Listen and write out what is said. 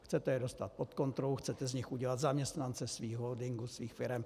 Chcete je dostat pod kontrolu, chcete z nich udělat zaměstnance svých holdingů, svých firem.